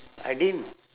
I didn't